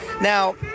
Now